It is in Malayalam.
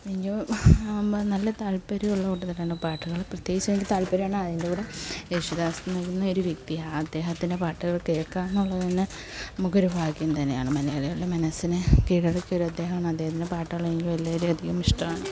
നല്ല താൽപ്പര്യമുള്ള കൂട്ടത്തിലാണ് പാട്ടുകൾ പ്രത്യേകിച്ച് അതിൻ്റെ താൽപ്പര്യമാണ് അതിൻ്റെ കൂടെ യേശുദാസ് എന്നൊരു വ്യക്തി അദ്ദേഹത്തിൻ്റെ പാട്ടുകൾ കേൾക്കുക എന്നുള്ളത് തന്നെ നമുക്കൊരു ഭാഗ്യം തന്നെയാണ് മലയാളികളുടെ മനസ്സിനെ കീഴടക്കിയ ഒരു അദ്ദേഹമാണ് അദ്ദേഹത്തിൻ്റെ പാട്ടുകളെനിക്ക് വളരെയധികം ഇഷ്ടമാണ്